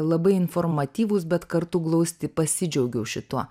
labai informatyvūs bet kartu glausti pasidžiaugiau šituo